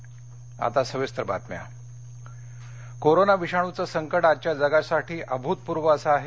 पंतप्रधान कोरोना विषाणूचं संकट आजच्या जगासाठी अभूतपूर्व असं आहे